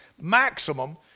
maximum